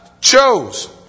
chose